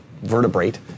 vertebrate